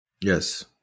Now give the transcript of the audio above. yes